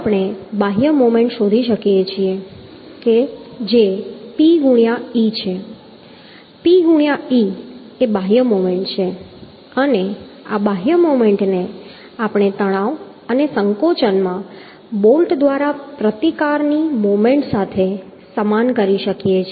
હવે આપણે બાહ્ય મોમેન્ટ શોધી શકીએ છીએ જે P ગુણ્યાં e છે P ગુણ્યાં e એ બાહ્ય મોમેન્ટ છે અને આ બાહ્ય મોમેન્ટને આપણે તણાવ અને સંકોચનમાં બોલ્ટ દ્વારા પ્રતિકારની મોમેન્ટ સાથે સમાન કરી શકીએ છીએ